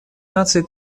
наций